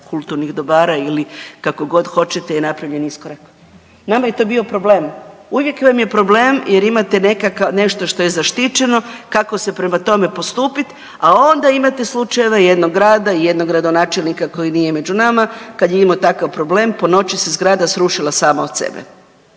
kulturnih dobara ili kako god hoćete je napravljen iskorak. Nama je to bio problem. Uvijek vam je problem jer imate nešto što je zaštićeno, kako se prema tome postupit, a onda imate slučajeve jednog grada i jednog gradonačelnika koji nije među nama, kad je imao takav problem po noći se zgrada srušila sama od sebe